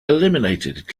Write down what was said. eliminated